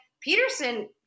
Peterson